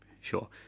Sure